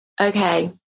Okay